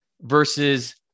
versus